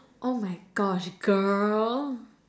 oh my gosh girl